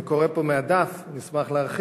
אני קורא פה מהדף, אני אשמח להרחיב,